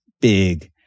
big